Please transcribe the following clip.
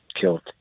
killed